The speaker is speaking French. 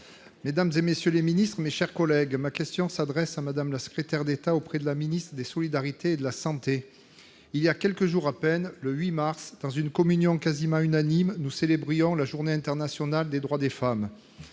le groupe La République En Marche. Ma question s'adresse à Mme la secrétaire d'État auprès de la ministre des solidarités et de la santé. Il y a quelques jours à peine, le 8 mars, dans une communion quasiment unanime, nous célébrions la Journée internationale des droits des femmes.